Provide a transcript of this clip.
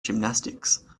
gymnastics